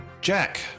Jack